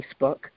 Facebook